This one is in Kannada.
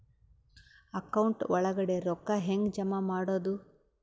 ಅಕೌಂಟ್ ಒಳಗಡೆ ರೊಕ್ಕ ಹೆಂಗ್ ಜಮಾ ಮಾಡುದು?